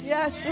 Yes